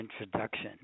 introduction